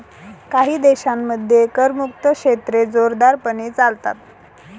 काही देशांमध्ये करमुक्त क्षेत्रे जोरदारपणे चालतात